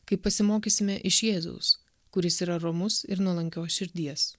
kai pasimokysime iš jėzaus kuris yra romus ir nuolankios širdies